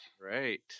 Right